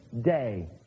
day